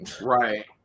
right